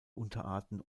unterarten